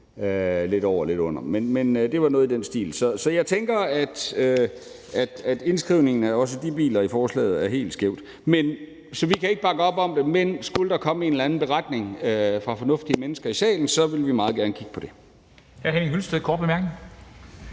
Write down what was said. lidt over eller lidt under, det var noget i den stil. Så jeg tænker, at indskrivningen af også de biler i forslaget er helt skævt. Så vi kan ikke bakke op om forslaget, men skulle der komme en eller anden beretning fra fornuftige mennesker i salen, vil vi meget gerne kigge på det. Kl. 10:24 Formanden